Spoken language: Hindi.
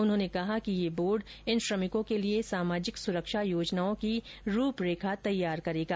उन्होंने कहा कि ये बोर्ड इन श्रमिकों के लिए सामाजिक सुरक्षा योजनाओं की रूपरेखा तैयार करेगा